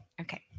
Okay